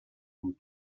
بود